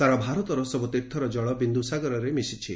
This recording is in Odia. ସାରା ଭାରତର ସବୁ ତୀର୍ଥର ଜଳ ବିନ୍ଦୁସାଗରରେ ମିଶିଛି